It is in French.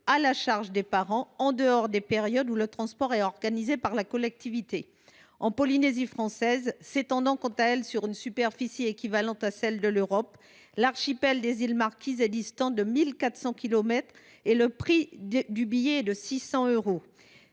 à 1 400 euros en dehors des périodes où le transport est organisé par la collectivité. En Polynésie française, qui s’étend sur une superficie équivalente à celle de l’Europe, l’archipel des îles Marquises est distant de 1 400 kilomètres et le prix du billet est de 600 euros.